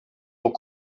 aux